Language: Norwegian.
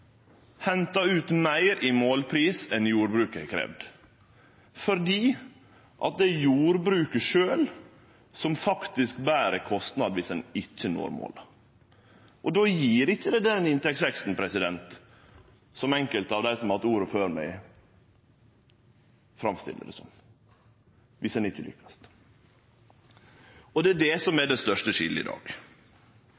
henta ut meir i målpris enn jordbruket har kravd, fordi det er jordbruket sjølv som faktisk må bere kostnaden om dei ikkje når målet. Då gjev ikkje det den inntektsveksten som enkelte av dei som har hatt ordet før meg, framstiller det som, om ein ikkje lukkast. Det er det som